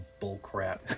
bullcrap